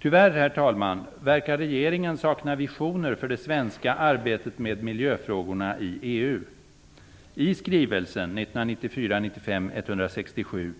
Tyvärr, herr talman, verkar regeringen sakna visioner för det svenska arbetet med miljöfrågorna i EU. I skrivelsen 1994/95:167